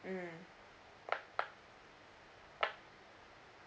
mm